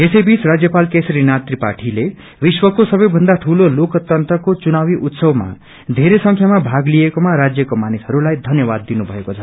यसैबीच राज्यपाल केशरीनाथ त्रिपाठीले विश्वको सवैभन्दा ठूलो लोकतंत्रको चुनावी उत्सवमा बेरै संख्यामा भाग लिएकोमा राज्यको मानिसहस्लाई धन्यवाद दिनुभएको छ